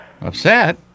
Upset